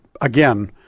again